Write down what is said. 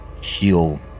heal